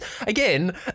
again